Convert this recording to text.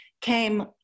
came